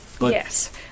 Yes